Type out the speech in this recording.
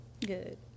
Good